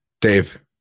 Dave